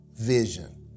vision